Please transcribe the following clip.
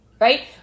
Right